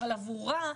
אבל עבורה,